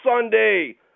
Sunday